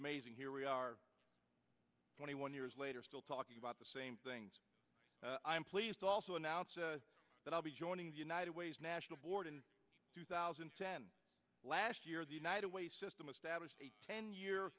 amazing here we are twenty one years later still talking about the same thing i'm pleased also announced that i'll be joining the united way's national board in two thousand and ten last year the united way system established a ten year